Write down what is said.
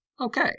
Okay